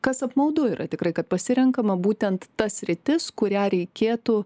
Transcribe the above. kas apmaudu yra tikrai kad pasirenkama būtent ta sritis kurią reikėtų